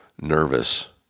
nervous